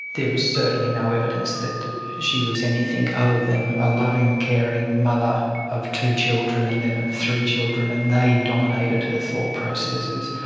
there was certainly no evidence that she was anything other than a loving, caring mother of two children and then of three children and they dominated her thought processes.